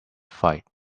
fight